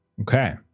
Okay